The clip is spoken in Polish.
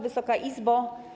Wysoka Izbo!